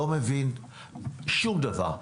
לא מבין שום דבר,